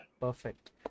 perfect